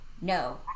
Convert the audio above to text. no